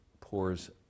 pours